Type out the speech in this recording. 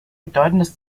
bedeutendes